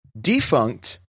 Defunct